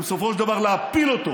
ובסופו של דבר להפיל אותו,